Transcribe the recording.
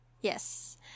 Yes